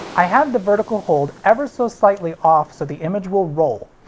i have the vertical hold ever so slightly off so the image will roll.